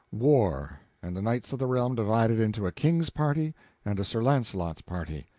war, and the knights of the realm divided into a king's party and a sir launcelot's party.